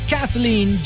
Kathleen